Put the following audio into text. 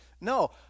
no